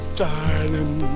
darling